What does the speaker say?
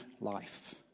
life